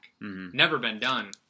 never-been-done